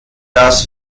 das